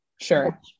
Sure